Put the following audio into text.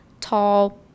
tall